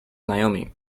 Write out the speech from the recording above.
naomi